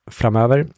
framöver